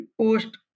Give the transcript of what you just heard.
post